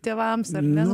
tėvams ar ne